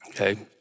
Okay